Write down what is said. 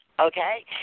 Okay